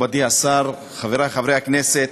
מכובדי השר, חברי חברי הכנסת,